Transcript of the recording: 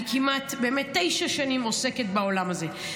אני כמעט תשע שנים עוסקת בעולם הזה.